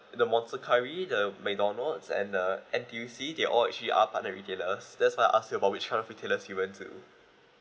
the monster curry the mcdonald's and the N_T_U_C they all actually are partner retailers that's why I ask you about which kind of retailers you went to